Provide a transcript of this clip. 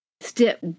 Step